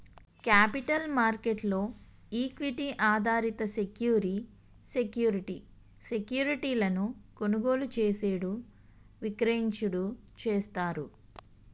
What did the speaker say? capital market లో equity ఆధారిత సెక్యూరి సెక్యూరిటీ సెక్యూరిటీలను కొనుగోలు చేసేడు విక్రయించుడు చేస్తారు